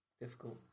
Difficult